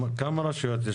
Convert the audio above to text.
כ-100.